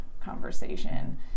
conversation